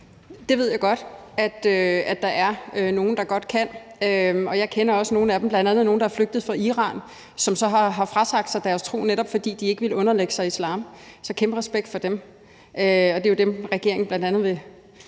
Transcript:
Det ved jeg godt at der er nogle der gør. Jeg kender også nogle af dem, bl.a. nogle, der er flygtet fra Iran, og som så har frasagt sig deres tro, netop fordi de ikke ville underlægge sig islam – så kæmpe respekt til dem. Og det er jo dem, regeringen bl.a. vil